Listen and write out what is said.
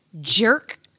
jerk